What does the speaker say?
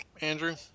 Andrew